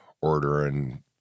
ordering